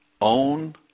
own